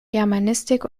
germanistik